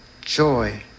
joy